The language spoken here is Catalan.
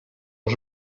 els